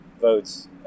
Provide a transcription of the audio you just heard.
votes